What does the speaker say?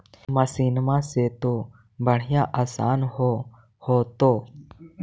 मसिनमा से तो बढ़िया आसन हो होतो?